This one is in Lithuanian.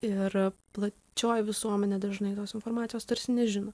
ir plačioji visuomenė dažnai tos informacijos tarsi nežino